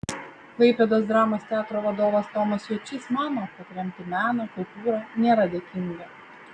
klaipėdos dramos teatro vadovas tomas juočys mano kad remti meną kultūrą nėra dėkinga